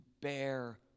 bear